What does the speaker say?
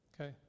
Okay